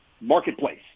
marketplace